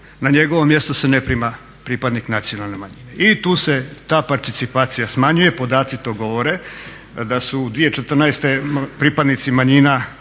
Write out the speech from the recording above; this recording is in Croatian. na njegovo mjesto se ne prima pripadnik nacionalne manjine i tu se ta participacija smanjuje, podaci to govore da su u 2014. pripadnici manjina,